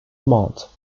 month